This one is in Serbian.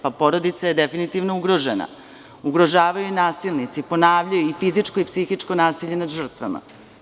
Porodica je definitivno ugrožena, ugrožavaju je nasilnici, ponavljaju i fizičko i psihičko nasilje nad žrtvama.